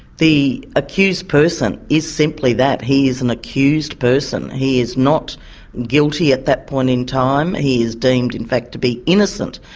the accused person is simply that, he and accused person, he is not guilty at that point in time he is deemed in fact to be innocent.